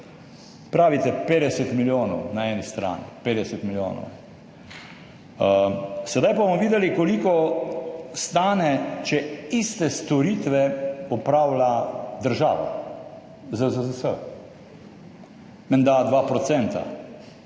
Pravite 50 milijonov na eni strani, 50 milijonov. Sedaj bomo videli koliko stane, če iste storitve opravlja država, ZZZS. Menda 2 %.